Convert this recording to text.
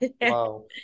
Wow